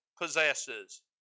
possesses